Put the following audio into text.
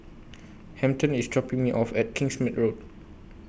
Hampton IS dropping Me off At Kingsmead Road